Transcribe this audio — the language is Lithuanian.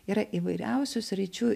yra įvairiausių sričių